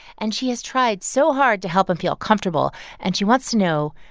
and she has tried so hard to help him feel comfortable, and she wants to know,